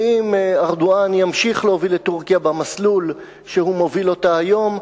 ואם ארדואן ימשיך להוביל את טורקיה במסלול שהוא מוביל אותה היום,